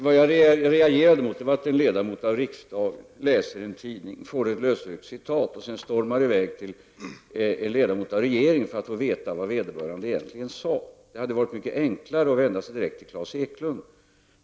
Vad jag reagerade mot var att en ledamot av riksdagen läser en tidning, och får ett lösryckt citat och då stormar i väg och frågar en ledamot av regeringen vad vederbörande egentligen sade. Det hade varit enklare att vända sig till Klas Eklund.